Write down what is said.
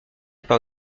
par